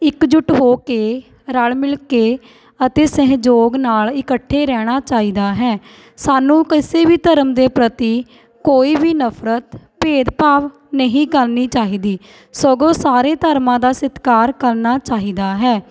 ਇੱਕ ਜੁੱਟ ਹੋ ਕੇ ਰਲ਼ ਮਿਲ ਕੇ ਅਤੇ ਸਹਿਯੋਗ ਨਾਲ਼ ਇਕੱਠੇ ਰਹਿਣਾ ਚਾਹੀਦਾ ਹੈ ਸਾਨੂੰ ਕਿਸੇ ਵੀ ਧਰਮ ਦੇ ਪ੍ਰਤੀ ਕੋਈ ਵੀ ਨਫ਼ਰਤ ਭੇਦਭਾਵ ਨਹੀਂ ਕਰਨੀ ਚਾਹੀਦੀ ਸਗੋਂ ਸਾਰੇ ਧਰਮਾਂ ਦਾ ਸਤਿਕਾਰ ਕਰਨਾ ਚਾਹੀਦਾ ਹੈ